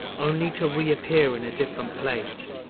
only to reappear in a different place.